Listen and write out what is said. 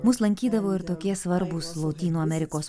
mus lankydavo ir tokie svarbūs lotynų amerikos